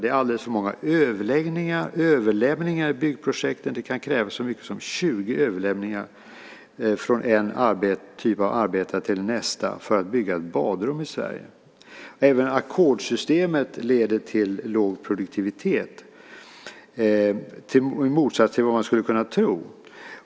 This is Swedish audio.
Det är alldeles för många överlämningar i byggprojekten. Det kan krävas så mycket som 20 överlämningar från en typ av arbete till nästa för att bygga ett badrum i Sverige. Även ackordssystemet leder till låg produktivitet i motsats till vad man skulle kunna tro.